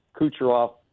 Kucherov